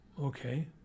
Okay